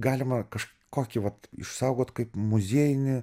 galima kažkokį vat išsaugot kaip muziejinį